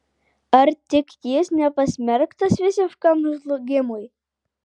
ar tik jis nepasmerktas visiškam žlugimui